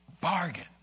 bargain